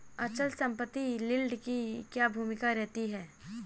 अचल संपत्ति में यील्ड की क्या भूमिका रहती है?